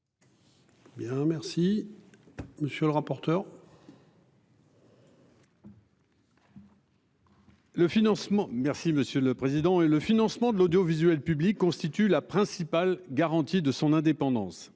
Merci monsieur le président et le financement de l'audiovisuel public constitue la principale garantie de son indépendance.